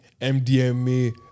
MDMA